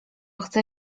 chce